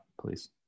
please